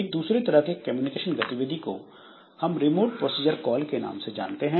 एक दूसरे तरह के कम्युनिकेशन गतिविधि को हम रिमोट प्रोसीजर काल के नाम से जानते हैं